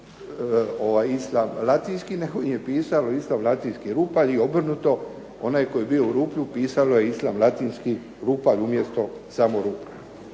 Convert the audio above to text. pisalo Islam Latinski, Islam Latinski-Rupalj i obrnuto. Onaj tko je bio u Ruplju pisalo je Islam Latinski-Rupalj umjesto samo Rupalj.